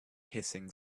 hissing